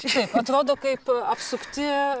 taip atrodo kaip apsukti